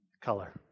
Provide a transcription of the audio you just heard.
Color